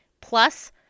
Plus